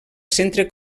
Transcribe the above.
centre